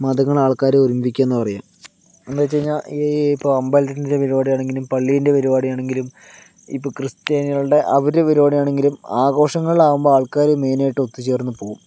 മതങ്ങൾ ആൾക്കാരെ ഒരുമിപ്പിക്കുക എന്ന് പറയുക എന്നുവച്ച് കഴിഞ്ഞാൽ ഈ ഇപ്പോൾ അമ്പലത്തിൻ്റെ പരിപാടിയാണെങ്കിലും പള്ളീൻ്റെ പരിപാടിയാണെങ്കിലും ഇപ്പ ക്രിസ്ത്യാനികളുടെ അവരുടെ പരിപാടിയാണെങ്കിലും ആഘോഷങ്ങൾ ആകുമ്പോൾ ആൾക്കാര് മെയിനായിട്ട് ഒത്തു ചേർന്ന് പോകും